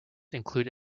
include